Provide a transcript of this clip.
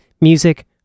music